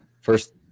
first